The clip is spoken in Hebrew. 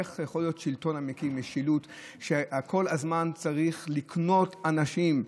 איך יכול להיות שלטון המקיים משילות שכל הזמן צריך לקנות אנשים?